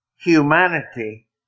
humanity